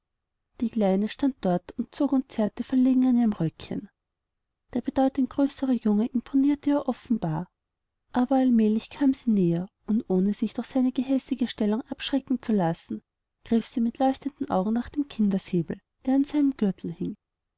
die kleine stand dort und zog und zerrte verlegen an ihrem röckchen der bedeutend größere junge imponierte ihr offenbar aber allmählich kam sie näher und ohne sich durch seine gehässige stellung abschrecken zu lassen griff sie mit leuchtenden augen nach dem kindersäbel der an seinem gürtel hing